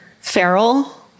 feral